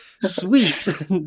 sweet